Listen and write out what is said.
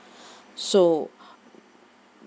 so